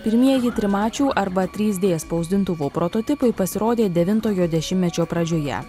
pirmieji trimačių arba trys d spausdintuvų prototipai pasirodė devintojo dešimtmečio pradžioje